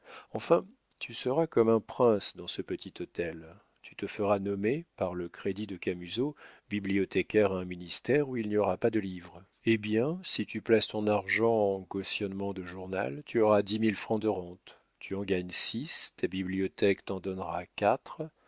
enfin tu serais comme un prince dans ce petit hôtel tu te feras nommer par le crédit de camusot bibliothécaire à un ministère où il n'y aura pas de livres eh bien si tu places ton argent en cautionnement de journal tu auras dix mille francs de rente tu en gagnes six ta bibliothèque t'en donnera quatre